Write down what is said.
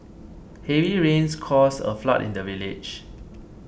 heavy rains caused a flood in the village